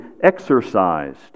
exercised